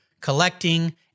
collecting